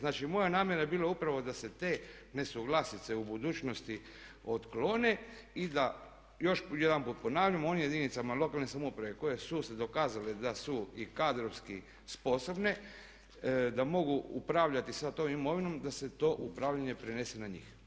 Znači moja namjera je bila upravo da se te nesuglasice u budućnosti otklone i da, još jedanput ponavljam, onim jedinicama lokalne samouprave koje su se dokazale da su i kadrovski sposobne da mogu upravljati sa tom imovinom, da se to upravljanje prenese na njih.